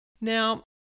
Now